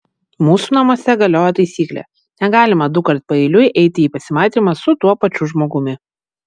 mūsų namuose galioja taisyklė negalima dukart paeiliui eiti į pasimatymą su tuo pačiu žmogumi